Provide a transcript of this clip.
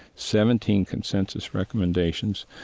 seventeen consensus recommendations.